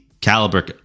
caliber